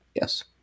yes